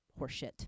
horseshit